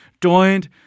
joined